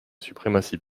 suprématie